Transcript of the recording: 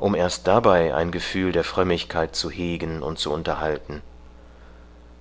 um erst dabei ein gefühl der frömmigkeit zu hegen und zu unterhalten